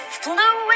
flew